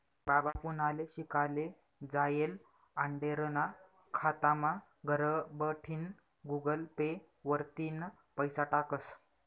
बाबा पुनाले शिकाले जायेल आंडेरना खातामा घरबठीन गुगल पे वरतीन पैसा टाकस